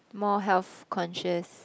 more health conscious